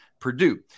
Purdue